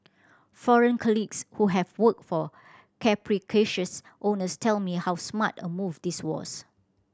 foreign colleagues who have worked for capricious owners tell me how smart a move this was